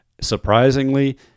surprisingly